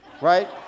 right